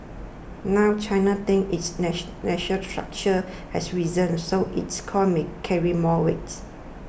now China thinks its national stature has risen so its calls may carry more weights